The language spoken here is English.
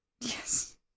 Yes